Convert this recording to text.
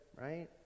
right